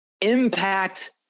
impact